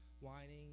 whining